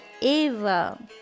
Eva